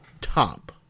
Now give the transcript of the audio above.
top